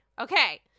okay